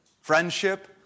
friendship